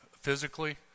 physically